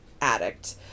addict